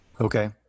Okay